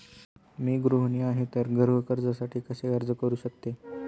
मी गृहिणी आहे तर गृह कर्जासाठी कसे अर्ज करू शकते?